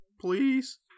please